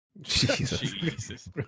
Jesus